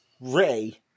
Ray